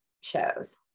shows